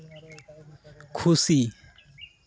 ᱠᱷᱩᱥᱤ